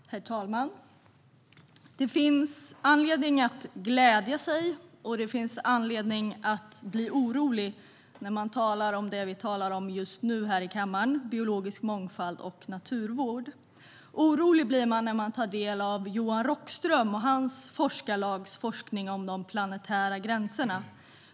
Herr talman! Det finns anledning att glädja sig, och det finns anledning att bli orolig när man talar om det vi talar om just nu här i kammaren, biologisk mångfald och naturvård. Orolig blir man när man tar del av Johan Rockström och hans forskarlags forskning om de planetära gränserna.